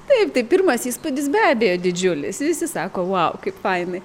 taip tai pirmas įspūdis be abejo didžiulis visi sako vau kaip fainai